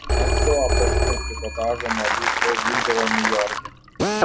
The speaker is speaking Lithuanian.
anksčiau apatinio trikotažo madų šou vykdavo niujorke